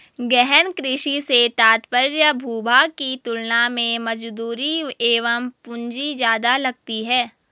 गहन कृषि से तात्पर्य भूभाग की तुलना में मजदूरी एवं पूंजी ज्यादा लगती है